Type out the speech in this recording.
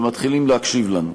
ומתחילים להקשיב לנו.